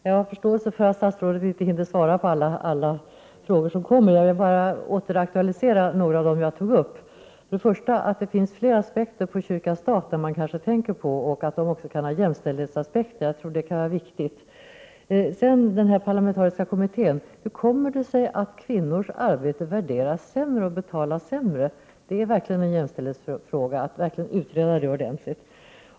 Herr talman! Såvitt jag förstår hinner statsrådet inte svara på alla frågor, men jag vill åter aktualisera några av de frågor jag tidigare tog upp. Det finns fler aspekter på kyrka-stat-frågan än vad man kanske tänker på. Den frågan kan också ha jämställdhetsaspekter, och jag tror det kan vara viktigt att påpeka detta. Sedan till frågan om den parlamentariska kommittén. Hur kommer det sig att kvinnors arbete värderas lägre och betalas sämre? Att utreda den saken ordentligt är verkligen en jämställdhetsfråga.